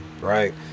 Right